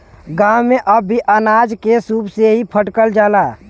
गांव में अब भी अनाज के सूप से ही फटकल जाला